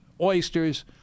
oysters